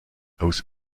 aus